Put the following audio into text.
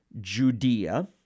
Judea